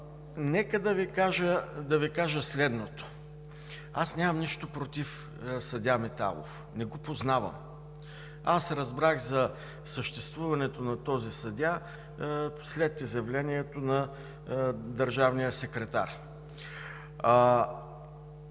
Нека да Ви кажа следното. Аз нямам нищо против съдия Миталов, не го познавам, разбрах за съществуването на този съдия след изявлението на държавния секретар.